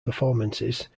performances